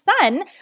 son